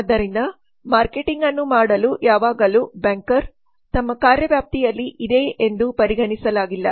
ಆದ್ದರಿಂದ ಮಾರ್ಕೆಟಿಂಗ್ ಅನ್ನು ಮಾಡಲು ಯಾವಾಗಲೂ ಬ್ಯಾಂಕ್ರ್ ತಮ್ಮಕಾರ್ಯವ್ಯಾಪ್ತಿಯಲ್ಲಿ ಇದೇ ಎಂದು ಪರಿಗಣಿಸಲಾಗಲಿಲ್ಲ